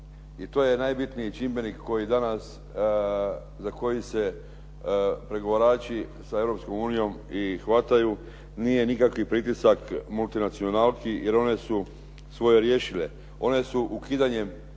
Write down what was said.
I to je najbitniji čimbenik koji danas, za koji se pregovarači sa Europskom unijom i hvataju. Nije nikakvi pritisak multinacionalki jer one su svoje riješile. One su ukidanjem